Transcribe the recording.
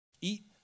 Eat